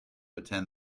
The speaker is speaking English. attend